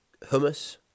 hummus